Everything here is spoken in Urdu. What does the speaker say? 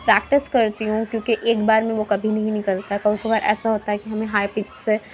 پریکٹس کرتی ہوں کیوں کہ ایک بار میں وہ کبھی نہیں نکلتا کبھی کبھار ایسا ہوتا ہے کہ ہمیں ہائی پچ سے